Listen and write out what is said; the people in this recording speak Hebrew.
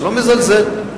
לא מזלזל.